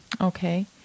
Okay